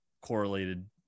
correlated